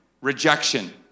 rejection